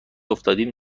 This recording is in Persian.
افتادیم